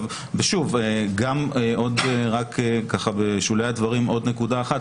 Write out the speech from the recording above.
שוב, רק בשולי הדברים עוד נקודה אחת.